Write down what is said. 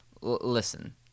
Listen